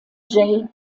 jay